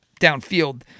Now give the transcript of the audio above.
downfield